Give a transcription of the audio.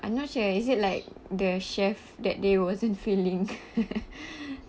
I'm not sure is it like the chef that they wasn't feeling